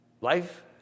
life